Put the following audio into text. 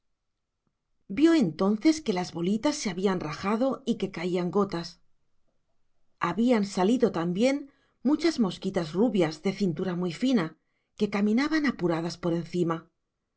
vio entonces que las bolitas se habían rajado y que caían gotas habían salido también muchas mosquitas rubias de cintura muy fina que caminaban apuradas por encima